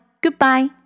Goodbye